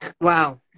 Wow